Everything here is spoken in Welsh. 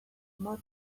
mor